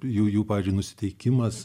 jų jų pavyzdžiui nusiteikimas